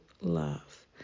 love